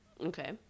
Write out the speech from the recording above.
okay